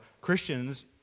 Christians